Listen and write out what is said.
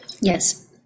Yes